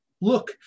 Look